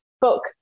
book